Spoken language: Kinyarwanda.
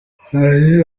hari